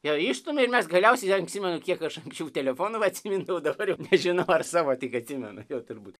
jo išstumia ir mes galiausiai atsimenu kiek aš anksčiau telefonų atsimindavau dabar jau nežinau ar savo tik atsimenu jau turbūt